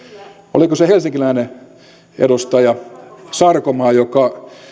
oliko se helsinkiläinen edustaja sarkomaa joka